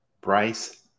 Bryce